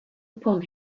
upon